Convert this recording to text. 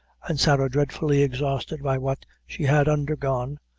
and sarah dreadfully exhausted by what she had undergone,